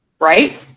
right